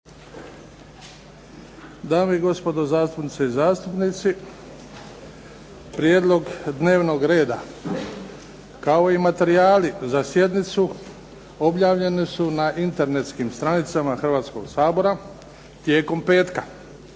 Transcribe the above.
Dame i gospodo, zastupnice i zastupnici, prijedlog dnevnog reda, kao i materijali za sjednicu, objavljeni su na internetskim stranicama Hrvatskoga sabora tijekom petka.